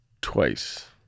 twice